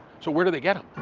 so where do they get